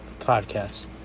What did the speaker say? podcast